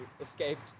escaped